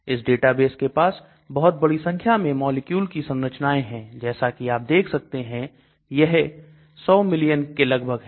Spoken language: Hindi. इस डेटाबेस के पास बहुत बड़ी संख्या में मॉलिक्यूल की संरचनाएं है जैसा कि आप देख सकते हैं यह है 100 मिलियन के लगभग है